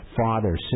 father